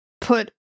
put